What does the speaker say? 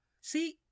see